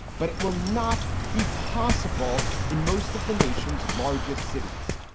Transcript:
but it will not be possible in most of the nation's largest cities.